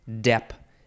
DEP